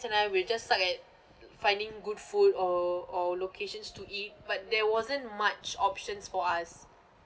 and I we just stuck at finding good food or or locations to eat but there wasn't much options for us